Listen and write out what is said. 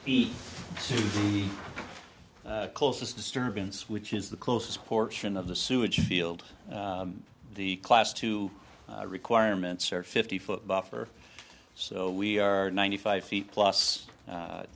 five the closest disturbance which is the closest portion of the sewage field the class two requirements are fifty foot buffer so we are ninety five feet plus